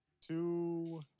two